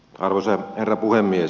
arvoisa herra puhemies